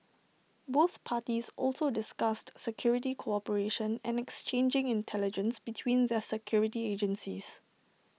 both parties also discussed security cooperation and exchanging intelligence between their security agencies